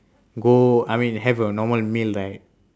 go I mean have a normal meal right